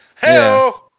Hello